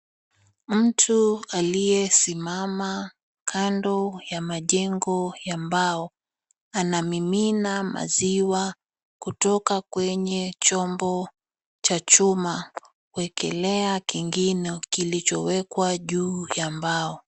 Mtu aliyesimama kando ya majengo ya mbao, anamimina maziwa kuto kwenye chombo cha chuma, kuwekelea kingine kilichoekelewa juu ya mbao.